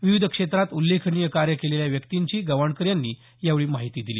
विविध क्षेत्रात उल्लेखनीय कार्य केलेल्या व्यक्तींची गवाणकर यांनी यावेळी माहिती दिली